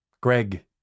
Greg